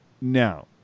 Now